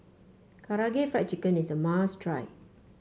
Karaage Fried Chicken is a must try